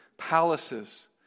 Palaces